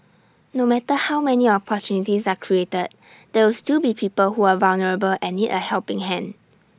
no matter how many opportunities are created there will still be people who are vulnerable and need A helping hand